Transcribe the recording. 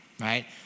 right